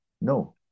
No